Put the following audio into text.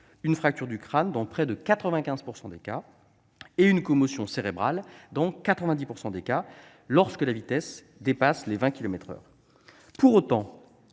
une fracture du crâne dans près de 95 % des cas et une commotion cérébrale dans 90 % des cas, lorsque la vitesse dépasse les 20 kilomètres par heure. Pourtant,